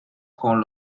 con